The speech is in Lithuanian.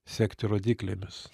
sekti rodyklėmis